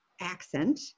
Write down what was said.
accent